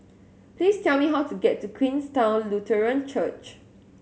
please tell me how to get to Queenstown Lutheran Church